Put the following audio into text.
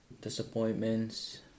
disappointments